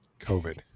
COVID